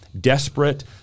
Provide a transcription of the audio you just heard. desperate